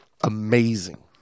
Amazing